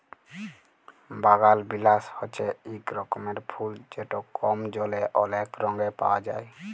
বাগালবিলাস হছে ইক রকমের ফুল যেট কম জলে অলেক রঙে পাউয়া যায়